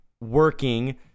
working